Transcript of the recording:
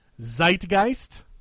Zeitgeist